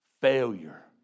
failure